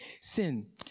Sin